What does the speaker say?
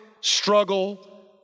struggle